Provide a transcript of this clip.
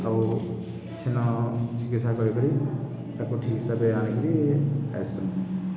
ଆଉ ସେନ ଚିକିତ୍ସା କରିକିରି ତାକୁ ଠିକ ହିସାବରେ ଆଣିକିରି ଆଇସୁନ୍